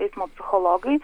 eismo psichologai